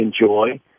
enjoy